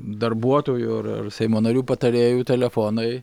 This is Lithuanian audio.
darbuotojų ar ar seimo narių patarėjų telefonai